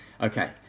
Okay